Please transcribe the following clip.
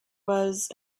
was